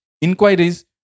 inquiries